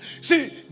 See